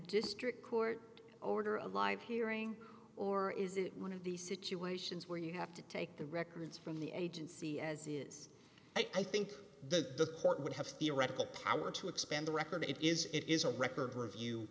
district court order a live hearing or is it one of these situations where you have to take the records from the agency as it is i think the court would have theoretical power to expand the record it is it is a record review